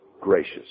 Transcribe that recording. gracious